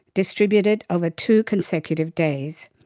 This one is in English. distributed over two consecutive days.